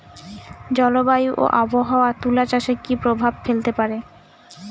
জলবায়ু ও আবহাওয়া তুলা চাষে কি প্রভাব ফেলতে পারে?